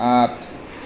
আঠ